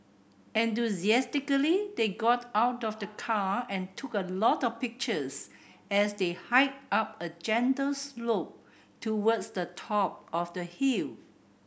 enthusiastically they got out of the car and took a lot of pictures as they hiked up a gentle slope towards the top of the hill